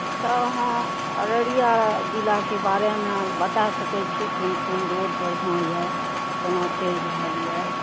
अच्छा अहाँ अररिया जिलाके बारेमे बता सकय छी कोन कोन रोड बढ़िआँ यऽ कोना चलि रहल यऽ